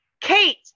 Kate